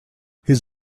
his